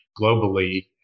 globally